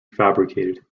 fabricated